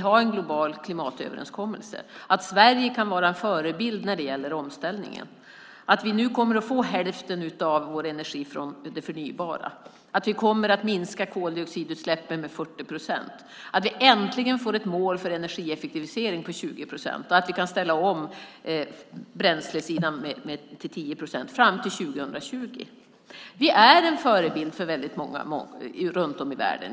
den globala klimatöverenskommelsen i Köpenhamn att Sverige kan vara en förebild när det gäller omställningen, att vi nu kommer att få hälften av vår energi från det förnybara, att vi kommer att minska koldioxidutsläppen med 40 procent, att vi äntligen får ett mål på 20 procent för energieffektiviseringen och att vi kan ställa om bränslesidan till 10 procent fram till 2020. Vi är en förebild för väldigt många runt om i världen.